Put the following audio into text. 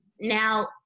Now